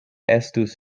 estus